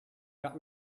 got